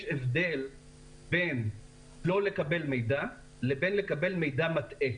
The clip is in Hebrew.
יש הבדל בין לא לקבל מידע לבין לקבל מידע מטעה.